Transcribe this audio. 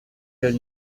tell